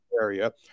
area